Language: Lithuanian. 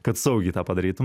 kad saugiai tą padarytum